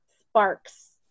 sparks